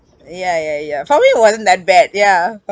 ya ya ya for me wasn't that bad yeah